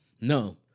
No